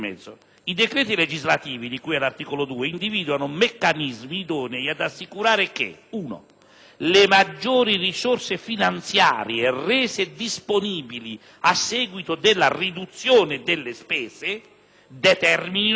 le maggiori risorse finanziarie rese disponibili a seguito della riduzione delle spese determinino una riduzione della pressione fiscale dei diversi livelli di governo». Ed è chiaro che qui è incluso il discorso della spesa corrente.